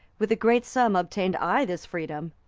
with a great sum obtained i this freedom.